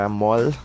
mall